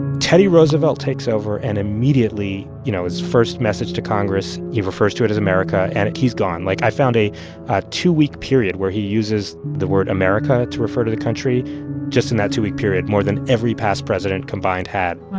teddy roosevelt takes over, and immediately, you know, his first message to congress, he refers to it as america. and. like, i found a ah two-week period where he uses the word america to refer to the country just in that two-week period more than every past president combined had